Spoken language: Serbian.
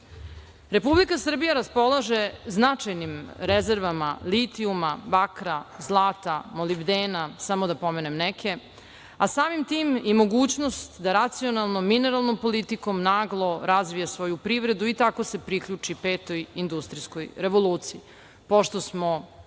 okolinu. Republika Srbija raspolaže značajnim rezervama litijuma, bakra, zlata, molibdena, samo da pomenem neke, a samim tim i mogućnost da racionalnom mineralnom politikom naglo razvije svoju privredu i tako se priključi petoj industrijskoj revoluciji, pošto smo veliki